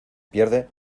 pierde